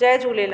Jay Jhulelal